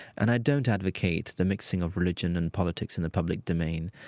and i don't advocate the mixing of religion and politics in the public domain,